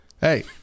Hey